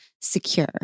secure